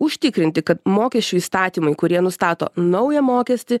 užtikrinti kad mokesčių įstatymai kurie nustato naują mokestį